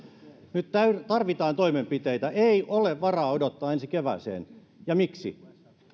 nyt tarvitaan toimenpiteitä ei ole varaa odottaa ensi kevääseen ja miksi